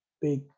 big